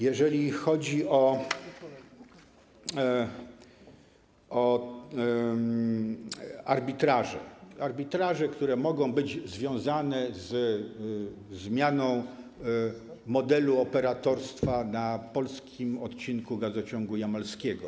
Jeżeli chodzi o arbitraże, które mogą być związane ze zmianą modelu operatorstwa na polskim odcinku gazociągu jamalskiego.